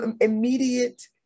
immediate